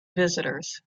visitors